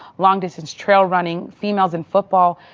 long distance trail running, females in football,